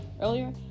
earlier